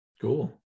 Cool